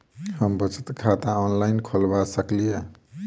हम बचत खाता ऑनलाइन खोलबा सकलिये?